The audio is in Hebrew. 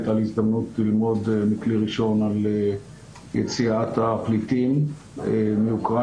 הייתה לי הזדמנות ללמוד מכלי ראשון על יציאת הפליטים מאוקראינה,